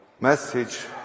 message